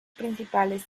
principales